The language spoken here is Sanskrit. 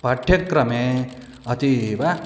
पाठ्यक्रमे अतीव